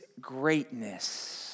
greatness